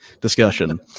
discussion